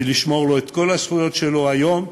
לשמור לו את כל הזכויות שלו היום,